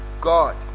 God